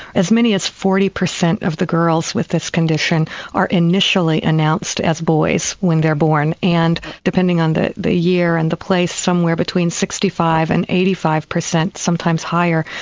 as many as forty percent of the girls with this condition are initially announced as boys when they are born and depending on the the year and the place somewhere between sixty five percent and eighty five percent, sometimes higher,